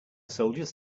soldiers